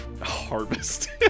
Harvest